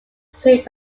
played